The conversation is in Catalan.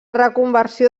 reconversió